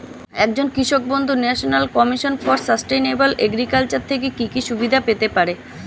একজন কৃষক বন্ধু national commission for sustainable agriculture এর থেকে কি কি সুবিধা পেতে পারে?